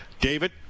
David